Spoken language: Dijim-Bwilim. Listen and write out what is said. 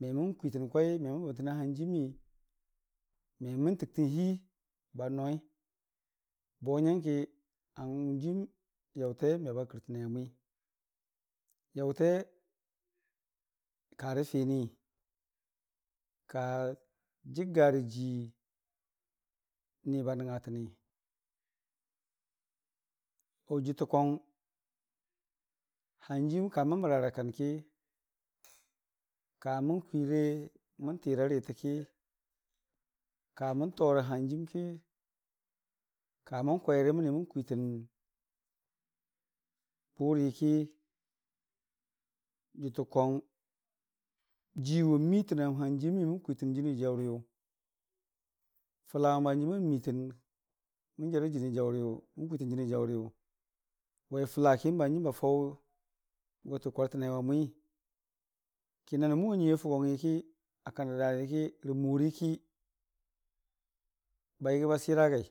memən kwitənə kwai memən bəmtəna n'ham jiimii, me mən təktən hii ba noi, bo nyangki n'hanjiim yaʊte meba kɨrtəne wa n'mwi. yaʊte karə fini ka jəggarə jii ni ba nəngnga təni, ba jʊtə kwang n'hanjiim kamən mərara kanki ka mən kwire mən tira ritəki, kamən terə n'hanjiim ki kamən kwairə məni mən kwiitən bʊriki jʊtə kwang jiiwʊn miitəna n'hanjiimii mən kwiitən jənii jaʊrtiyʊ fʊla n'hanjiim a miitən mən jarə jənii jaʊri mən kwaiitən jənii jaʊriyʊ, wai fʊlaki bahanjiim ba faʊ gotə kwartəne wa mwi, ki nanʊ mʊwa nyiiya fʊgongngi ki a kandə darənki rə morii ki ba yəgii ba sira a gai.